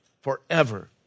forever